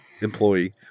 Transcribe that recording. employee